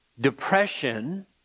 Depression